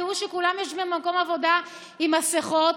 תראו שכולם יושבים במקום העבודה עם מסכות,